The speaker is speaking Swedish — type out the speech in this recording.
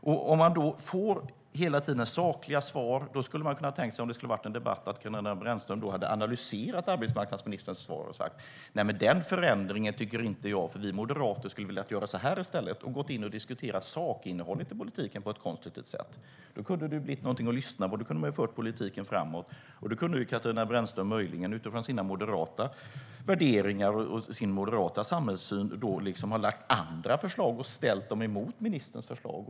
Om Katarina Brännström hela tiden får sakliga svar i en debatt skulle man kunna tänka sig att hon analyserar arbetsmarknadsministerns svar och säger: Nej, den förändringen gillar inte jag, för vi moderater skulle ha velat göra så här i stället. Hon kunde då ha gått in och diskuterat sakinnehållet i politiken på ett konstruktivt sätt. Då kunde det ha blivit något att lyssna på, och då kunde vi ha fört politiken framåt. Katarina Brännström kunde då möjligen, utifrån sina moderata värderingar och sin moderata samhällssyn, ha lagt fram andra förslag och ställt dem emot ministerns förslag.